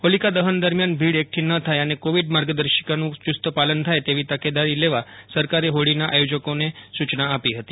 હોલિકા દહન દરમ્યાન ભીડએકઠી ન થાય અને કોવિડ માર્ગદર્શિકાનું યુસ્ત પાલન થાય તેવી તકેદારી લેવા સરકારે હોળીના આયોજકોને સૂચના આપી હતી